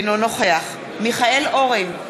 אינו נוכח מיכאל אורן,